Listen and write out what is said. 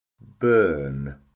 burn